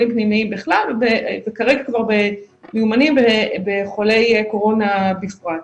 פנימיים בכלל וכרגע כבר מיומנים בחולי קורונה בפרט.